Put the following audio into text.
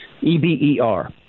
E-B-E-R